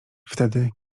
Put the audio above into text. wtedy